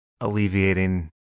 alleviating